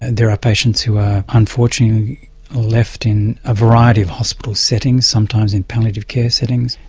there are patients who are unfortunately left in a variety of hospital settings, sometimes in palliative care settings.